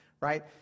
right